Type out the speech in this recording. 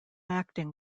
acting